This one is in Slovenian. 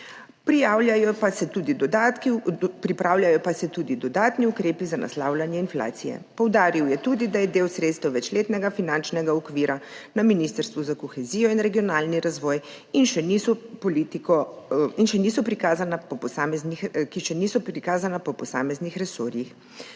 Pripravljajo pa se tudi dodatni ukrepi za naslavljanje inflacije. Poudaril je tudi, da je del sredstev večletnega finančnega okvira na Ministrstvu za kohezijo in regionalni razvoj, ki še niso prikazana po posameznih resorjih.